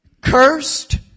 Cursed